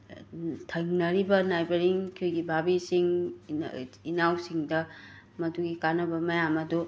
ꯊꯪꯅꯔꯤꯕ ꯅꯥꯏꯕꯔꯤꯡ ꯑꯩꯈꯣꯏꯒꯤ ꯚꯥꯕꯤꯁꯤꯡ ꯏꯅ ꯏꯅꯥꯎꯁꯤꯡꯗ ꯃꯗꯨꯒꯤ ꯀꯥꯅꯕ ꯃꯌꯥꯝ ꯑꯗꯨ